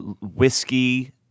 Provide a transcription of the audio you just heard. whiskey